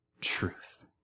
truth